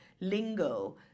lingo